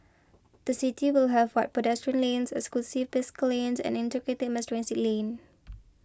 the city will have wide pedestrian lanes exclusive bicycle lanes and integrated mass transit lane